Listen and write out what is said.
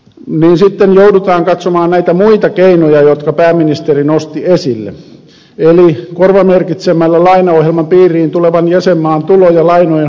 sitten joudutaan katsomaan näitä muita keinoja jotka pääministeri nosti esille eli korvamerkitsemällä lainaohjelman piiriin tulevan jäsenmaan tuloja lainojen hoitamiseksi